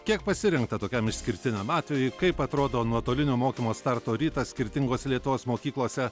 kiek pasirengta tokiam išskirtiniam atvejui kaip atrodo nuotolinio mokymo starto rytas skirtingose lietuvos mokyklose